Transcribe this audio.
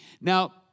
Now